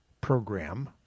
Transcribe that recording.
program